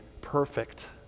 perfect